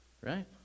Right